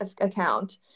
account